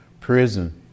prison